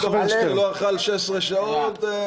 מה שם הסיעה שאתם מבקשים?